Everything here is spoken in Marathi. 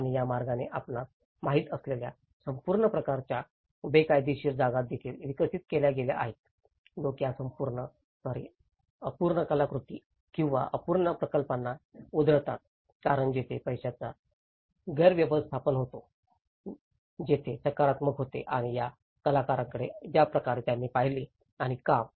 आणि या मार्गाने आपणास माहित असलेल्या काही प्रकारच्या बेकायदेशीर जागा देखील विकसित केल्या आहेत लोक या अपूर्ण कलाकृती किंवा अपूर्ण प्रकल्पांना उधळतात कारण तेथे पैशाचा गैरव्यवस्थापन होता तेथे संस्थात्मक होते आणि या कलाकारांकडे ज्या प्रकारे त्यांनी पाहिले आणि काम